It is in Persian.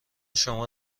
شما